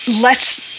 lets